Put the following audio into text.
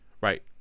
right